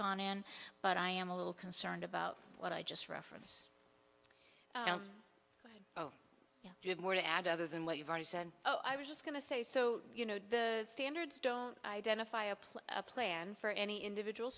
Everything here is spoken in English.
gone in but i am a little concerned about what i just reference you do have more to add other than what you've already said oh i was just going to say so you know the standards don't identify a place a plan for any individual